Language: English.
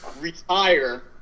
Retire